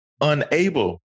unable